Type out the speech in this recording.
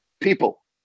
people